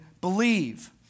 believe